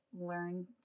learn